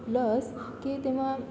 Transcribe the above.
બસ કે તેમાં